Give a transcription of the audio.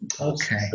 Okay